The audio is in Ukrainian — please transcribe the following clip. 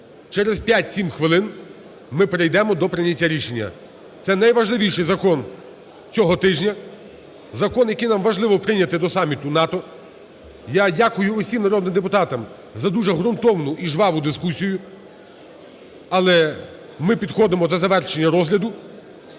Через 5-7 хвилин ми перейдемо до прийняття рішення. Це найважливіший закон цього тижня. Закон, який нам важливо прийняти до саміту НАТО. Я дякую всім народним депутатам за дуже грунтовну і жваву дискусію, але ми підходимо до завершення розгляду.